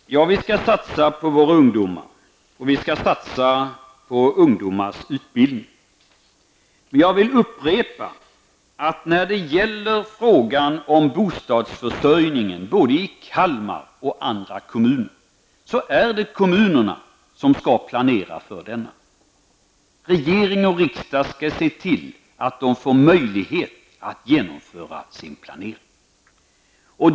Herr talman! Ja, vi skall satsa på våra ungdomar och deras utbildning. Jag vill upprepa, att när det gäller bostadsförsörjningen både i Kalmar och i andra kommuner, är det kommunerna som skall planera för denna. Regering och riksdag skall se till att kommunerna får möjlighet att genomföra sin planering.